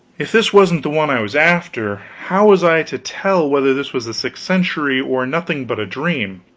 if this wasn't the one i was after, how was i to tell whether this was the sixth century, or nothing but a dream?